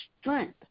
strength